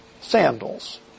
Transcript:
sandals